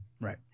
Right